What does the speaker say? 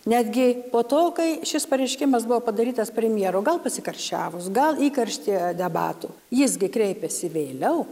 netgi po to kai šis pareiškimas buvo padarytas premjero gal pasikarščiavus gal įkarštyje debatų jis gi kreipėsi vėliau